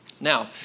Now